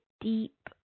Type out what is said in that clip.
deep